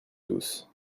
tous